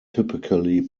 typically